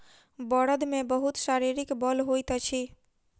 बड़द मे बहुत शारीरिक बल होइत अछि